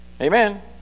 Amen